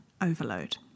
overload